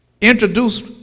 introduced